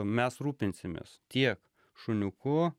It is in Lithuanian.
mes rūpinsimės tiek šuniuku